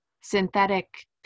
synthetic